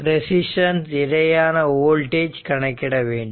resistance இடையேயான voltage கணக்கிட வேண்டும்